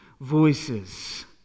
voices